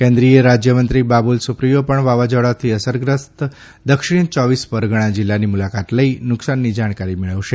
કેન્દ્રીય રાજયમંત્રી બાબુલ સુપ્રિયો પણ વાવાઝોડાથી અસરગ્રસ્ત દક્ષીણ ચોવીસ પરગણા જીલ્લાની મુલાકાત લઇ નુકસાનની જાણકારી મેળવશે